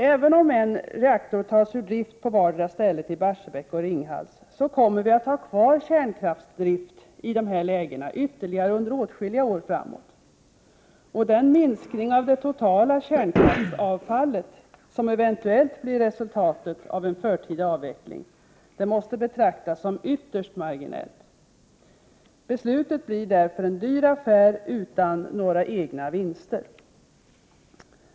Även om en reaktor tas ur drift i både Barsebäck och Ringhals, kommer vi att ha kvar kärnkraftsdrift där under ytterligare åtskilliga år framöver. Den minskning av det totala kärnkraftsavfallet som eventuellt blir resultatet av en förtida avveckling måste betraktas som ytterst marginell. Beslutet blir därför en dyr affär utan några egentliga vinster.